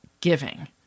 giving